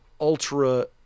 ultra-